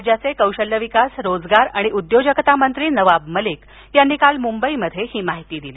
राज्याचे कौशल्य विकास रोजगार आणि उद्योजकता मंत्री नवाब मलिक यांनी काल मुंबईत ही माहिती दिली